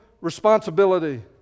responsibility